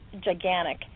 gigantic